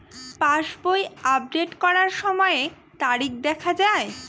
পাসবই update করার সময়ে তারিখ দেখা য়ায়?